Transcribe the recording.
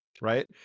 right